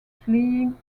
fleeing